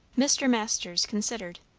mr. masters considered.